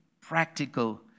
practical